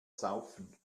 saufen